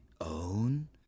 own